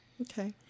Okay